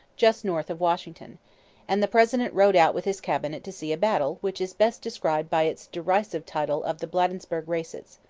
just north of washington and the president rode out with his cabinet to see a battle which is best described by its derisive title of the bladensburg races.